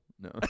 No